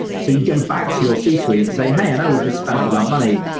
so you go back to your c suite and say, hey, i know we've just spent all that money.